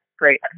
Great